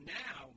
now